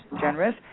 generous